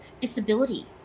disability